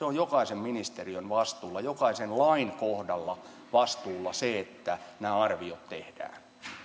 on jokaisen ministeriön vastuulla jokaisen lain kohdalla vastuulla se että nämä arviot tehdään